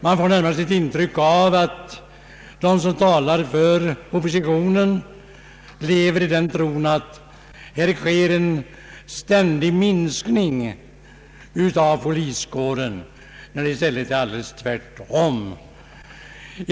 Man får närmast ett intryck av att de som talar för reservationerna lever i den tron att det sker en ständig minskning av poliskåren, när det i stället förhåller sig alldeles tvärtom.